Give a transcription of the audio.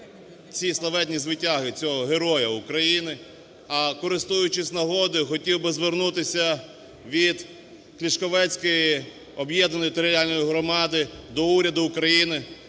ці славетні звитяги цього Героя України. А, користуючись нагодою, хотів би звернутись від Клішковецької об'єднаної територіальної громади до уряду України,